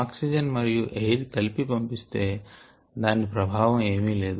oxygen మరియు air కలిపి పంపిస్తే దాని ప్రభావం ఏమి లేదు